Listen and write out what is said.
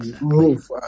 move